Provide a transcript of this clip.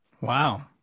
Wow